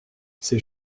ses